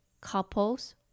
couples